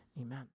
Amen